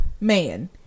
man